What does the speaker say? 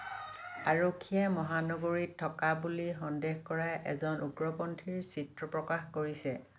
আৰক্ষীয়ে মহানগৰীত থকা বুলি সন্দেহ কৰা এজন উগ্ৰপন্থীৰ চিত্ৰ প্ৰকাশ কৰিছে